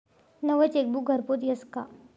नवं चेकबुक घरपोच यस का?